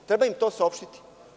Treba im to saopštiti.